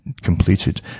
completed